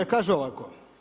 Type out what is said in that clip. E kaže ovako.